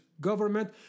government